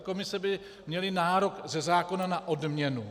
Komise by měly nárok ze zákona na odměnu.